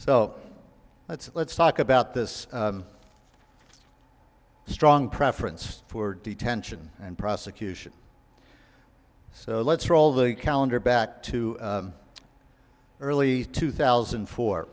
so let's let's talk about this strong preference for detention and prosecution so let's roll the calendar back to early two thousand